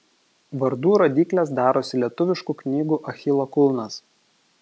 vardų rodyklės darosi lietuviškų knygų achilo kulnas